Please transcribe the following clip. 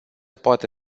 poate